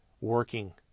working